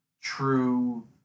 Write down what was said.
true